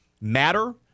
matter